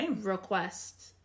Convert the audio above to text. request